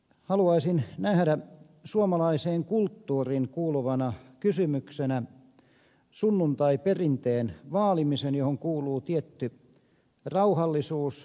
haluaisin nähdä suomalaiseen kulttuuriin kuuluvana kysymyksenä sunnuntaiperinteen vaalimisen johon kuuluu tietty rauhallisuus hiljentyminen